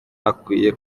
akwiye